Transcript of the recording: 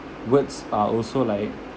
words are also like